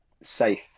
safe